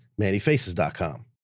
mannyfaces.com